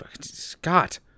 Scott